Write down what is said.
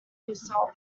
yourself